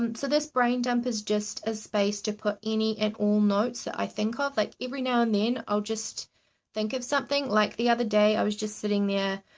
um so this brain dump is just a space to put any and all notes that i think of. like, every now and then i'll just think of something. like, the other day, i was just sitting there,